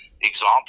example